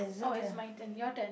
oh it's my turn your turn